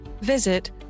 visit